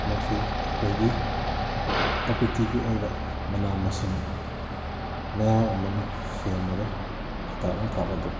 ꯃꯁꯤ ꯑꯩꯈꯣꯏꯒꯤ ꯄ꯭ꯔꯀꯤꯇꯤꯒꯤ ꯑꯣꯏꯕ ꯃꯅꯥ ꯃꯁꯤꯡ ꯃꯌꯥꯝ ꯑꯃꯅ ꯁꯦꯝꯃꯒ ꯍꯤꯗꯥꯛ ꯂꯥꯡꯊꯛ ꯑꯗꯨ